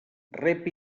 rep